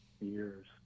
years